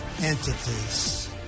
entities